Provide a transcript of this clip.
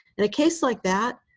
in a case like that,